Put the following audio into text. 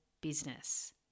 business